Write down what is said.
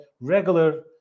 regular